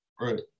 Right